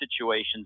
situations